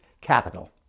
Capital